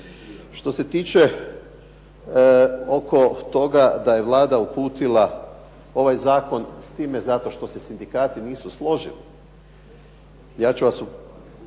Što se tiče oko toga da je Vlada uputila ovaj zakon s time što se sindikati nisu složili ja ću vas upoznati,